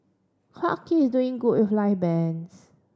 Clarke Quay is doing good with live bands